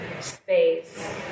space